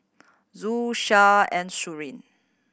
Zul Shah and Suria